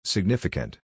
Significant